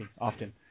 often